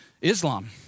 Islam